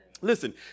Listen